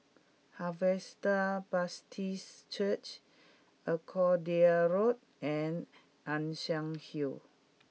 Harvester Baptist Church Arcadia Road and Ann Siang Road